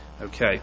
Okay